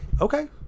Okay